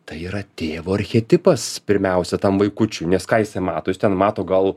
tai yra tėvo archetipas pirmiausia tam vaikučiui nes ką jisai mato jis ten mato gal